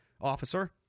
officer